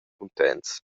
cuntents